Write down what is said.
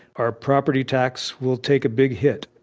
our property tax will take a big hit.